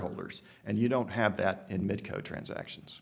holders and you don't have that and medco transactions